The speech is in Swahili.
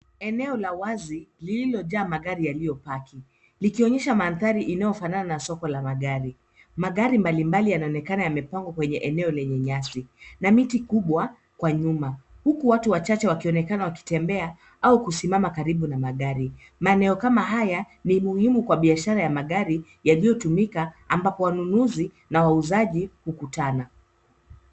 Eneo la wazi lililojaa magari yaliyopaki likionyesha mandhari inayofanana na soko la magari. Magari mbalimbali yanaonekana yamepangwa kwenye eneo lenye nyasi na miti kubwa kwa nyuma huku watu wachache wakionekana wakitembea au kusimama karibu na magari. Maeneo kama haya ni muhimu kwa biashara ya magari yaliyotumika ambapo wanunuzi na wauzaji kukutana.